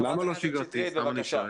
שגרתי.